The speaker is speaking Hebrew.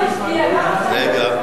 רגע.